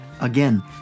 again